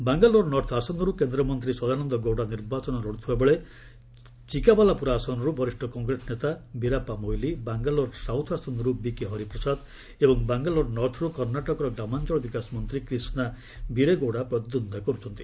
Bangalore north ଆସନରୁ କେନ୍ଦ୍ରମନ୍ତ୍ରୀ ସଦାନନ୍ଦ ଗୌଡ଼ା ନିର୍ବାଚନ ଲଢ଼ୁଥିବାବେଳେ ଚିକାବାଲାପୁରା ଆସନରୁ ବରିଷ୍ଠ କଂଗ୍ରେସ ନେତା ବିରାପ୍ପା ମୋଇଲି ବାଙ୍ଗାଲୋର ସାଉଥ୍ ଆସନରୁ ବିକେ ହରିପ୍ରସାଦ ଏବଂ ବାଙ୍ଗାଲୋର ନର୍ଥର୍ କର୍ଷାଟକର ଗ୍ରାମାଞ୍ଚଳ ବିକାଶ ମନ୍ତ୍ରୀ କ୍ରିଷ୍ଣା ବିରେ ଗୌଡ଼ା ପ୍ରତିଦ୍ୱନ୍ଦୀତା କରୁଛନ୍ତି